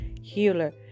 healer